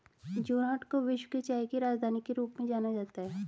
जोरहाट को विश्व की चाय की राजधानी के रूप में जाना जाता है